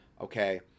okay